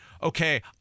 okay